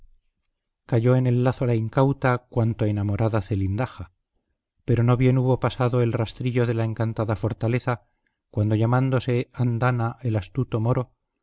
cayó en el lazo la incauta cuanto enamorada zelindaja pero no bien hubo pasado el rastrillo de la encantada fortaleza cuando llamándose andana el astuto moro